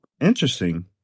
interesting